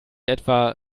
etwa